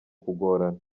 kugorana